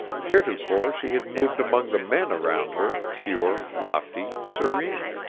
heretofore she had moved among the men around her, pure, lofty, serene.